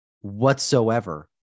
whatsoever